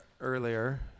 earlier